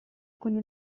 con